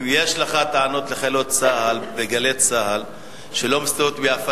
אם יש לך טענות לחיילות צה"ל ב"גלי צה"ל" שלא מסתובבות ביפו,